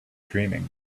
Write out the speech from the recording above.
dreaming